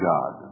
God